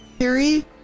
harry